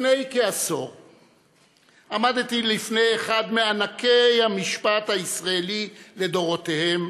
לפני כעשור עמדתי לפני אחד מענקי המשפט הישראלי לדורותיהם,